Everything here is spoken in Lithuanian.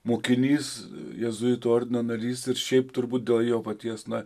mokinys jėzuitų ordino narys ir šiaip turbūt dėl jo paties na